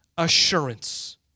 assurance